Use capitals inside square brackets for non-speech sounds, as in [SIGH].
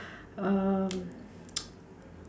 um [NOISE]